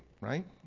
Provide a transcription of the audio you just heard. right